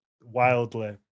wildly